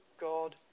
God